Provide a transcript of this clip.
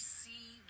see